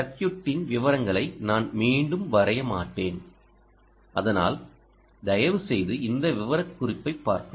சர்க்யூட்டின் விவரங்களை நான் மீண்டும் வரைய மாட்டேன் அதனால் தயவுசெய்து இந்த விவரக்குறிப்பைப் பார்க்கவும்